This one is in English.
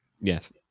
Yes